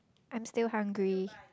I'm still hungry